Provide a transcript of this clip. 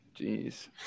Jeez